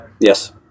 Yes